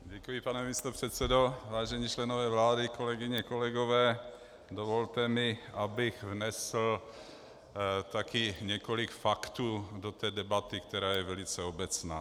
Děkuji, pane místopředsedo, vážení členové vlády, kolegyně, kolegové, dovolte mi, abych vnesl taky několik faktů do té debaty, která je velice obecná.